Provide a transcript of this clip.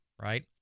right